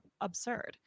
absurd